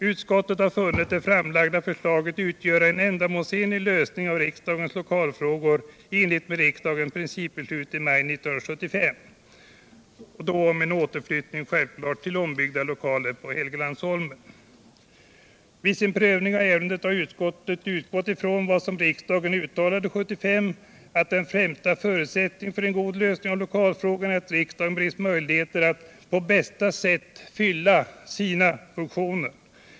Utskottet har funnit att det framlagda förslaget utgör en ändamålsenlig lösning av riksdagens lokalfrågor i enlighet med riksdagens principbeslut i maj 1975 om en återflyttning till ombyggda lokaler på Helgeandsholmen. Vid sin prövning av ärendet har utskottet utgått från vad riksdagen uttalade 1975, nämligen att den främsta förutsättningen för en god lösning av lokalfrågan är att riksdagen bereds möjlighet att på bästa sätt fylla sina funktioner.